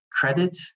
credit